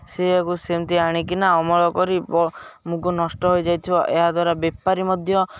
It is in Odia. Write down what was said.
ସେୟାକୁ ସେମିତି ଆଣିକିନା ଅମଳ କରି ମୁଗ ନଷ୍ଟ ହୋଇଯାଇଥିବ ଏହାଦ୍ଵାରା ବେପାରୀ ମଧ୍ୟ